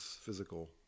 physical